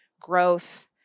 growth